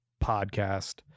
podcast